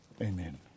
Amen